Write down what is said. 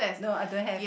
no I don't have